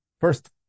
First